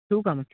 तू सांग